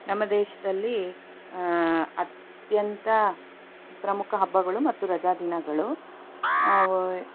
ನಮ್ಮ ದೇಶದಲ್ಲಿ ಅತ್ಯಂತ ಪ್ರಮುಖ ಹಬ್ಬಗಳು ಮತ್ತು ರಜಾ ದಿನಗಳು ಅವ